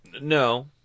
No